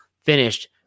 finished